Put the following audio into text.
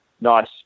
nice